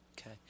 Okay